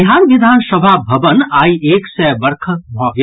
बिहार विधानसभा भवन आइ एक सय वर्षक भऽ गेल